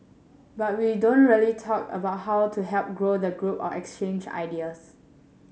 but we don't really talk about how to help grow the group or exchange ideas